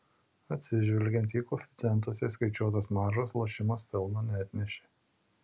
atsižvelgiant į koeficientuose įskaičiuotas maržas lošimas pelno neatnešė